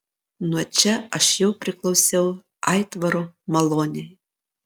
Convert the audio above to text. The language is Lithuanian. nuo čia aš jau priklausiau aitvaro malonei